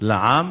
לעם